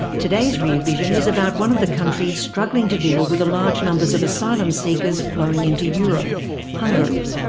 today's rear vision is about one of the countries struggling to deal with the large numbers of asylum seekers flowing into europe hungary.